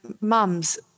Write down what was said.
mums